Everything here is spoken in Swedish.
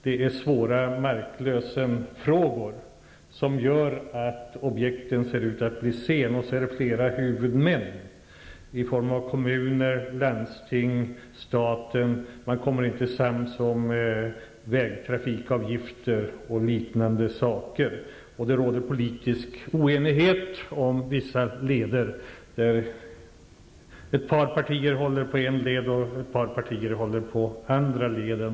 Det finns också svåra marklösenfrågor, som gör att objekten ser ut att kunna komma i gång sent. Det finns även flera huvudmän i form av kommuner, landsting och staten. Man blir inte sams om vägtrafikavgifter och liknande saker. Det råder politisk oenighet om vissa leder. Ett par partier håller på en led, och andra partier håller på en annan led.